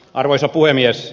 arvoisa puhemies